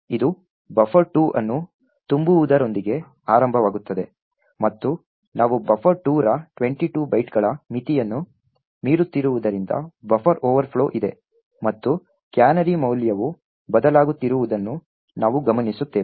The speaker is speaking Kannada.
ಇದು buffer2 ಅನ್ನು ತುಂಬುವುದರೊಂದಿಗೆ ಆರಂಭವಾಗುತ್ತದೆ ಮತ್ತು ನಾವು ಬಫರ್ 2 ರ 22 ಬೈಟ್ಗಳ ಮಿತಿಯನ್ನು ಮೀರುತ್ತಿರುವುದರಿಂದ ಬಫರ್ ಓವರ್ಫ್ಲೋ ಇದೆ ಮತ್ತು ಕ್ಯಾನರಿ ಮೌಲ್ಯವು ಬದಲಾಗುತ್ತಿರುವುದನ್ನು ನಾವು ಗಮನಿಸುತ್ತೇವೆ